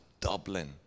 Dublin